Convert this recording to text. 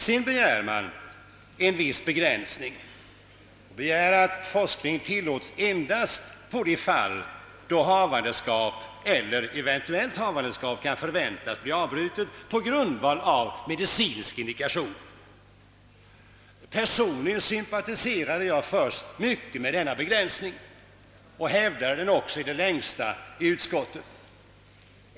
Sedan begärs en viss begränsning — man vill att forskning endast skall tilllåtas i de fall då havandeskap eller eventuellt havandeskap kan förväntas bli avbrutet på medicinsk indikation. Personligen sympatiserade jag först mycket med denna begränsning och hävdade även den linjen i det längsta inom utskottet.